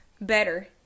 better